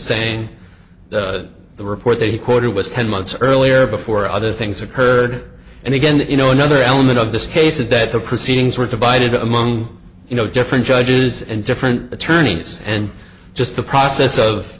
saying that the report that he quoted was ten months earlier before other things occurred and again you know another element of this case is that the proceedings were divided among you know different judges and different attorneys and just the process of